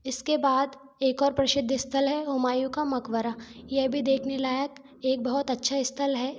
इसके बाद एक और प्रसिद्ध स्थल है हुमायूँ का मक़बरा यह भी देखने लायक एक बहुत अच्छा स्थल है